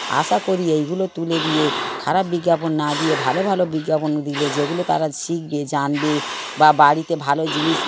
আশা করি এইগুলো তুলে দিয়ে খারাপ বিজ্ঞাপন না দিয়ে ভালো ভালো বিজ্ঞাপন দিলে যেগুলো তারা শিখবে জানবে বা বাড়িতে ভালো জিনিস